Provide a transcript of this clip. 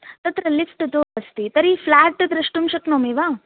तत्र लिफ़्ट् तु अस्ति तर्हि फ़्लेट् द्रष्टुं शक्नोमि वा